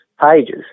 pages